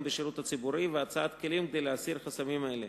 בשירות הציבורי והצעת כלים כדי להסיר חסמים אלה,